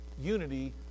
unity